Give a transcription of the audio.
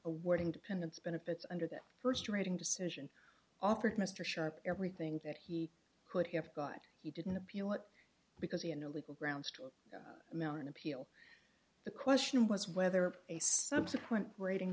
awarding dependents benefits under that first reading decision offered mr sharp everything that he could have got he didn't appeal it because he had no legal grounds to a mountain appeal the question was whether a subsequent grading